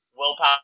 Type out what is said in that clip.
Willpower